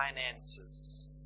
finances